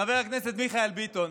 חבר הכנסת מיכאל ביטון,